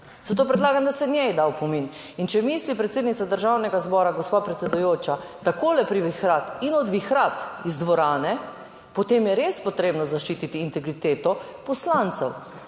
zato predlagam, da se njej da opomin, in če misli predsednica Državnega zbora, gospa predsedujoča, takole privihrati in odvihrat iz dvorane, potem je res potrebno zaščititi integriteto poslancev,